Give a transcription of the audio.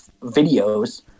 videos